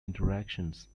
interactions